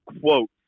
quote